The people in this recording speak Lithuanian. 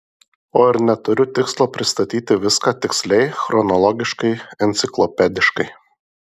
o ir neturiu tikslo pristatyti viską tiksliai chronologiškai enciklopediškai